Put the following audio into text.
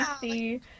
see